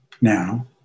now